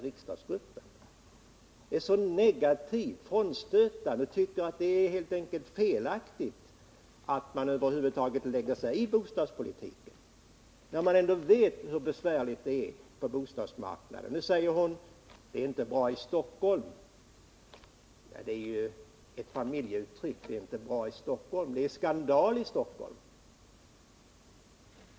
Bostadsministern intar en så negativ och frånstötande attityd och tycker tydligen att det är felaktigt att man över huvud taget lägger sig i bostadspolitiken, trots att vi vet hur besvärligt det är på bostadsmarknaden. Bostadsministern säger: Det är inte bra i Stockholm. Ja, det är ju låt mig säga ett familjeuttryck — det är helt enkelt fråga om en skandal i Stockholm.